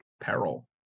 peril